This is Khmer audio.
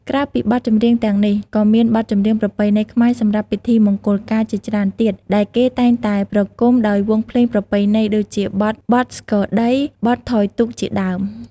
ក្រៅពីបទចម្រៀងទាំងនេះ ក៏មានបទចម្រៀងប្រពៃណីខ្មែរសម្រាប់ពិធីមង្គលការជាច្រើនទៀតដែលគេតែងតែប្រគំដោយវង់ភ្លេងប្រពៃណីដូចជាបទ "បទស្គរដី", "បទថយទូក" ជាដើម។